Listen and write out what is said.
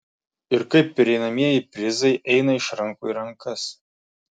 ir kaip pereinamieji prizai eina iš rankų į rankas